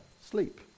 sleep